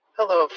Hello